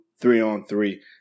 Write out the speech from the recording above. three-on-three